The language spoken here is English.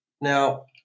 Now